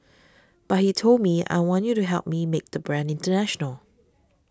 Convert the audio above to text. but he told me I want you to help me make the brand international